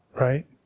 right